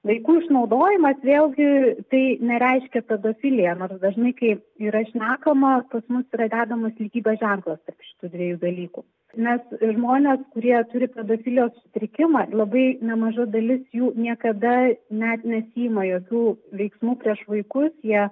vaikų išnaudojimas vėl gi tai nereiškia pedofilija nors dažnai kaip yra šnekama pas mus yra dedamas lygybės ženklas šitų dviejų dalykų nes žmonės kurie turi pedofilijos sutrikimą labai nemaža dalis jų niekada net nesiima jokių veiksmų prieš vaikus jie